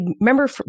remember